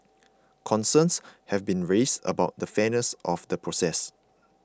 concerns have been raised about the fairness of the process